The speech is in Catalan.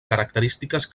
característiques